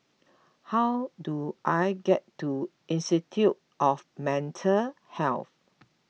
how do I get to Institute of Mental Health